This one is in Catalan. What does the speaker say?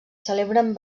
celebren